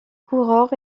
coureurs